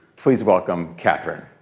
please welcome catherine.